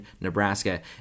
nebraska